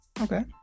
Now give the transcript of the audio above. Okay